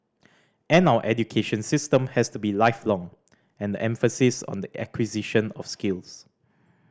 and our education system has to be lifelong and the emphasis on the acquisition of skills